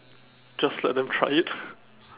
just let them try it